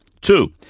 Two